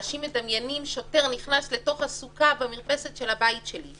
אנשים מדמיינים שוטר נכנס לתוך הסוכה במרפסת של הבית שלי.